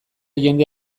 jende